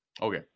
Okay